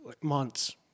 months